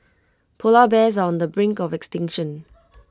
Polar Bears on the brink of extinction